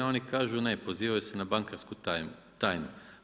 Oni kažu, ne pozivaju se na bankarsku tajnu.